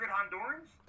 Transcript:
Hondurans